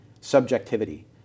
subjectivity